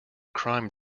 crime